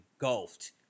engulfed